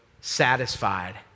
Satisfied